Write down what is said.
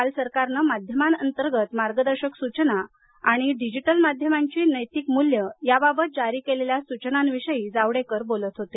काल सरकारनं माध्यमांतर्गत मार्गदर्शक सूचना आणि डिजिटल माध्यमांची नैतिक मूल्यं याबाबत जारी केलेल्या सूचनांविषयी जावडेकर बोलत होते